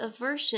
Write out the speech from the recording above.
aversion